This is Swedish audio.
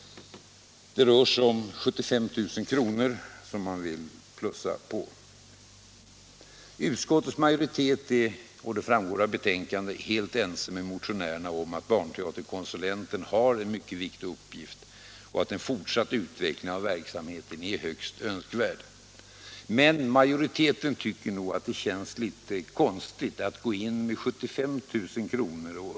Det rör sig om 75 000 kr. som reservanterna vill plussa på. Utskottets majoritet är — det framgår av betänkandet — helt ense med motionärerna om att barnteaterkonsulenten har en mycket viktig uppgift och att en fortsatt utveckling av verksamheten är högst önskvärd. Men majoriteten tycker nog att det känns litet konstigt att gå in och med 75 000 kr.